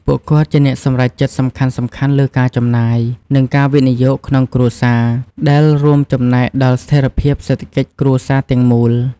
ពួកគាត់ជាអ្នកសម្រេចចិត្តសំខាន់ៗលើការចំណាយ និងការវិនិយោគក្នុងគ្រួសារ ដែលរួមចំណែកដល់ស្ថិរភាពសេដ្ឋកិច្ចគ្រួសារទាំងមូល។